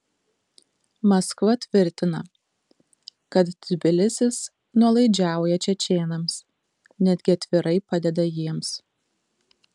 maskva tvirtina kad tbilisis nuolaidžiauja čečėnams netgi atvirai padeda jiems